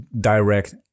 direct